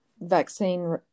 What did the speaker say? vaccine